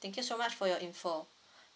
thank you so much for your info